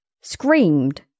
screamed